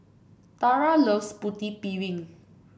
Tarah loves Putu Piring